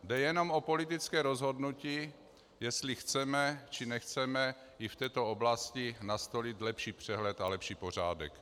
Jde jenom o politické rozhodnutí, jestli chceme, či nechceme i v této oblasti nastolit lepší přehled a lepší pořádek.